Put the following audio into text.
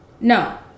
No